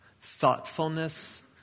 thoughtfulness